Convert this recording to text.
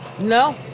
No